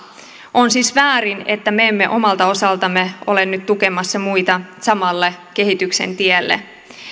on siis väärin että me emme omalta osaltamme ole nyt tukemassa muita samalle kehityksen tielle